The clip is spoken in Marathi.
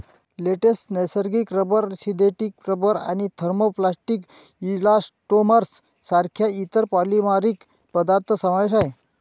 लेटेक्स, नैसर्गिक रबर, सिंथेटिक रबर आणि थर्मोप्लास्टिक इलास्टोमर्स सारख्या इतर पॉलिमरिक पदार्थ समावेश आहे